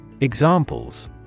Examples